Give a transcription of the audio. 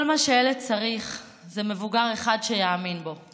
כל מה שילד צריך זה מבוגר אחד שיאמין בו,